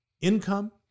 income